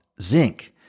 zinc